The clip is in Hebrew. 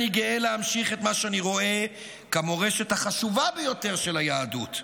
אני גאה להמשיך את מה שאני רואה כמורשת החשובה ביותר של היהדות: